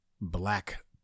Black